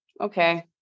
okay